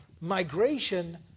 migration